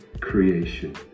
creation